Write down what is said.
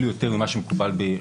יותר ממה שמקובל.